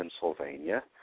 Pennsylvania